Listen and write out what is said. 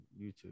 YouTube